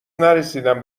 نرسیدم